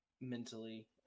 mentally